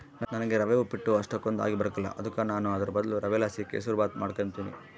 ನನಿಗೆ ರವೆ ಉಪ್ಪಿಟ್ಟು ಅಷ್ಟಕೊಂದ್ ಆಗಿಬರಕಲ್ಲ ಅದುಕ ನಾನು ಅದುರ್ ಬದ್ಲು ರವೆಲಾಸಿ ಕೆಸುರ್ಮಾತ್ ಮಾಡಿಕೆಂಬ್ತೀನಿ